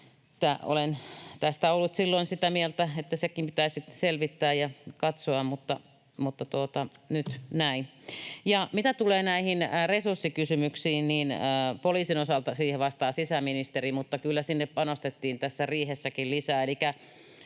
tästä ollut silloin sitä mieltä, että sekin pitäisi selvittää ja katsoa, mutta nyt näin. Mitä tulee näihin resurssikysymyksiin, niin poliisin osalta siihen vastaa sisäministeri, mutta kyllä sinne panostettiin tässä riihessäkin lisää.